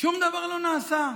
שום דבר לא נעשה.